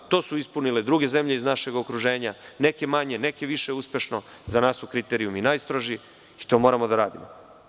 To su ispunile druge zemlje iz našeg okruženja, neke manje, neke više uspešno, za nas su kriterijumi najstrožiji i to moramo da radimo.